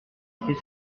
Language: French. était